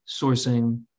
sourcing